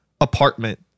apartment